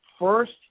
first